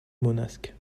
manosque